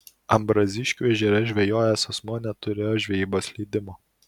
ambraziškių ežere žvejojęs asmuo neturėjo žvejybos leidimo